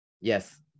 Yes